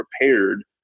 prepared